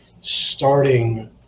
starting